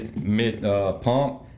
mid-pump